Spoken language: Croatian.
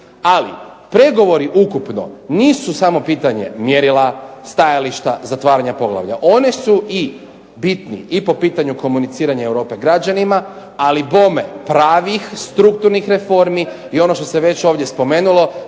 Ali, pregovori ukupno nisu samo pitanje mjerila, stajališta zatvaranja poglavlja. One su i bitni i po pitanju komuniciranje Europe građanima, ali bome pravih strukturnih reformi i ono što se već ovdje spomenulo